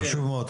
חשוב מאוד.